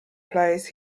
place